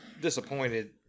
disappointed